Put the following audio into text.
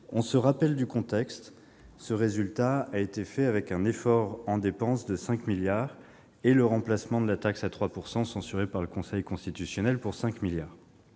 Rappelons-nous du contexte : ce résultat a été obtenu avec un effort en dépenses de 5 milliards d'euros et le remplacement de la taxe à 3 % censurée par le Conseil constitutionnel pour 5 milliards